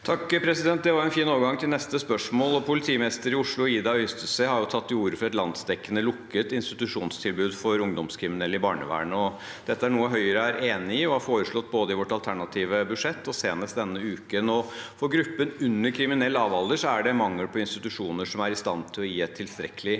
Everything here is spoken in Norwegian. (H) Det var en fin over- gang til neste spørsmål. Politimester i Oslo, Ida Melbo Øystese, har tatt til orde for et landsdekkende og lukket institusjonstilbud for ungdomskriminelle i barnevernet. Dette er noe Høyre er enig i, og noe vi har foreslått både i vårt alternative budsjett og senest denne uken. For gruppen som er under den kriminelle lavalder, er det mangel på institusjoner som er i stand til å gi et tilstrekkelig tilbud.